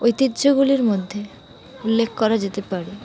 ঐতিহ্যগুলির মধ্যে উল্লেখ করা যেতে পারে